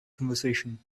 conversation